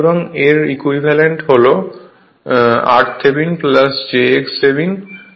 সুতরাং এর ইকুইভ্যালেন্ট হল r থেভনিন jx থেভনিন